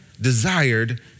desired